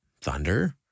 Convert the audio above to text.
thunder